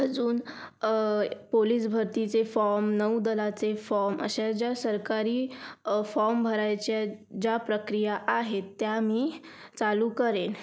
अजून पोलीस भरतीचे फॉम नौदलाचे फॉम अशा ज्या सरकारी फॉम भरायच्या ज्या प्रक्रिया आहेत त्या मी चालू करेन